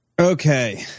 Okay